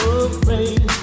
afraid